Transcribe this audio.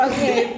Okay